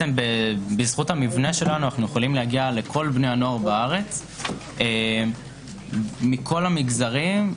בזכות המבנה שלנו אנו יכולים להגיע לכל בני הנוער בארץ מכל המגזרים,